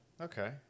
Okay